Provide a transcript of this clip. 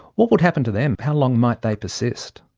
what would happen to them? how long might they persist?